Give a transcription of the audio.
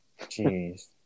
jeez